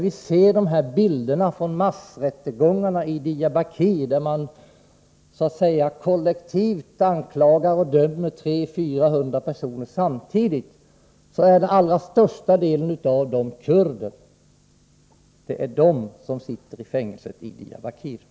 Vi kan se bilder från massrättegångarna i Diyarbakir, där man kollektivt anklagar och dömer 300-400 personer samtidigt, och den allra största delen av dem är kurder. Det är de som sitter i fängelset i Diyarbakir.